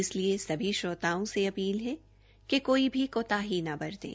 इसलिए सभी श्रोताओं से अपील है कि कोई भी कोताही न बरतें